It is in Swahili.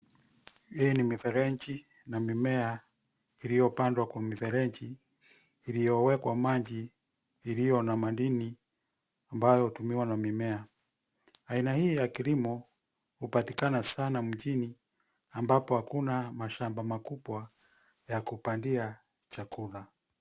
Hii ni mifereji na mimea iliyopandwa kwa mifereji iliyowekwa maji iliyo na madini ambayo hutumiwa na mimea, aina hii ya kilimo, hupatikana sana mjini ambapo hakuna mashamba makubwa yakupandia chakula.